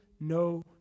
no